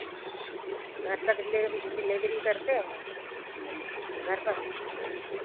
घर पर डिलेव डिलेवरी करते हैं घर पर